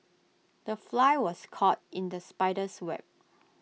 the fly was caught in the spider's web